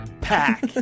Pack